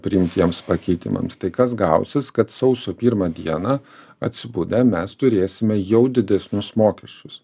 priimtiems pakeitimams tai kas gausis kad sausio pirmą dieną atsibudę mes turėsime jau didesnius mokesčius